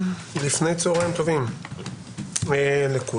לפני צוהריים טובים לכולם.